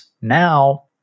now